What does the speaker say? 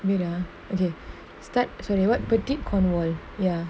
wait ah okay start suddenly what boutique cornwall ya